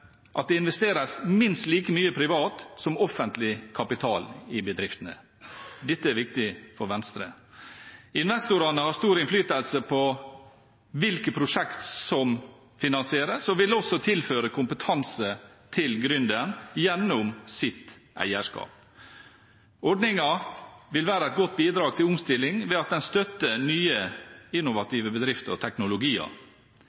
at det investeres minst like mye privat som offentlig kapital i bedriftene. Dette er viktig for Venstre. Investorene har stor innflytelse på hvilke prosjekt som finansieres, og vil også tilføre kompetanse til gründeren gjennom sitt eierskap. Ordningen vil være et godt bidrag til omstilling ved at den støtter nye